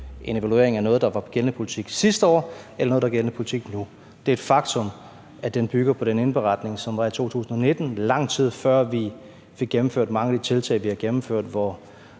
en evaluering af noget, der var gældende politik sidste år, eller noget, der er gældende politik nu. Det er et faktum, at den bygger på den indberetning, som var i 2019, lang tid før vi fik gennemført mange af de tiltag, vi har gennemført, hvor